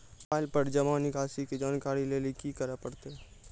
Mobile पर जमा निकासी के जानकरी लेली की करे परतै?